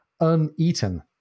uneaten